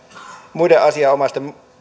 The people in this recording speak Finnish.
muiden asianomaisten